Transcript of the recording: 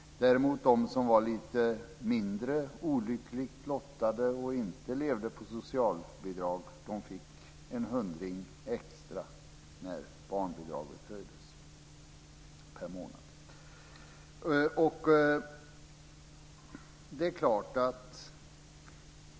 Däremot fick de som är lite mindre olyckligt lottade och inte lever på socialbidrag en hundring extra per månad när barnbidraget höjdes.